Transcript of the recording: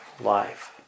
life